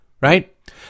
right